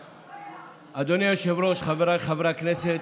אדוני היושב-ראש, חבריי חברי הכנסת,